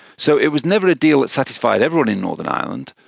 so it was never a deal that satisfied everyone in northern ireland,